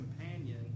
companion